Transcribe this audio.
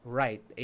right